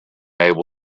able